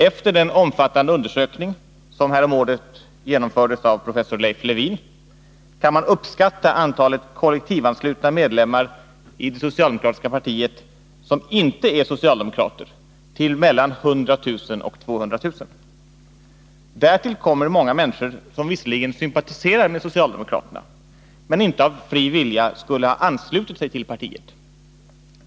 Efter den omfattande undersökning som häromåret genomfördes av professor Leif Lewin kan man uppskatta antalet kollektivanslutna medlemmar i det socialdemokratiska partiet som inte är socialdemokrater till mellan 100 000 och 200 000. Därtill kommer många människor som visserligen sympatiserar med socialdemokraterna men som inte av fri vilja skulle ha anslutit sig till partiet.